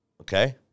okay